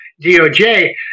DOJ